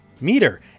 meter